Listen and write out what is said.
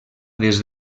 des